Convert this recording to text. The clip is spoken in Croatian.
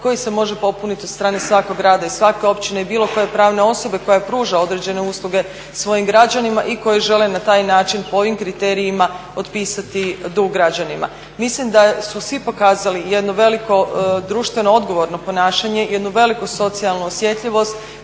koji se može popuniti od strane svakog grada i svake općine i bilo koje pravne osobe koja pruža određene usluge svojim građanima i koje žele na taj način po ovim kriterijima otpisati dug građanima. Mislim da su svi pokazali jedno veliko društveno odgovorno ponašanje, jednu veliku socijalnu osjetljivost